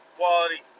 quality